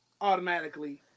automatically